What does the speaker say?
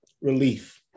relief